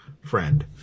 friend